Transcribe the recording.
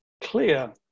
clear